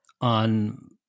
on